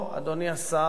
אדוני השר,